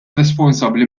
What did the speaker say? responsabbli